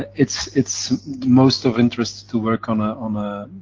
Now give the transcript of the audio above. it's it's most of interest to work on ah um a